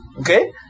Okay